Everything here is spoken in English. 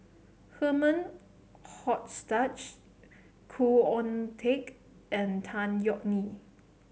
Herman Hochstadt Khoo Oon Teik and Tan Yeok Nee